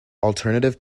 alternative